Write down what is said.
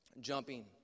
jumping